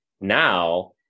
now